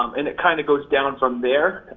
um and it kind of goes down from there.